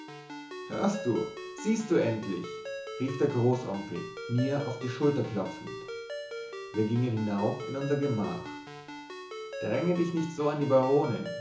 hörst du siehst du endlich rief der großonkel mir auf die schulter klopfend wir gingen hinauf in unser gemach dränge dich nicht so an die